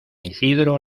isidro